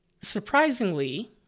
surprisingly